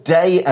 day